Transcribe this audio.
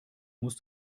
muss